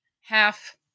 half